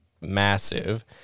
massive